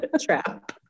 trap